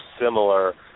similar